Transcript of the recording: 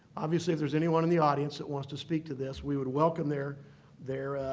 obviously, if there's anyone in the audience that wants to speak to this, we would welcome their their